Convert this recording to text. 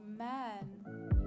Amen